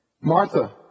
Martha